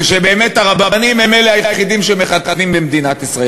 ושבאמת הרבנים הם אלה היחידים שמחתנים במדינת ישראל.